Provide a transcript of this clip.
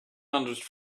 hundred